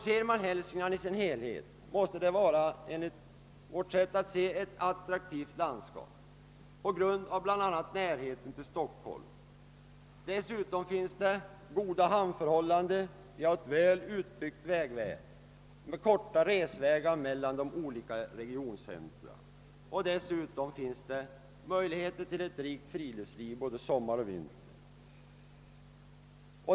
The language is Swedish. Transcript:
Ser vi på Hälsingland i dess helhet, finner vi att Hälsingland är ett attraktivt landskap bl.a. på grund av närheten till Stockholm. Dessutom finns goda hamnförhållanden och ett väl utbyggt vägnät med korta resvägar mellan olika regioncentra. Vidare finns möjligheter till ett rikt friluftsliv både sommar och vinter.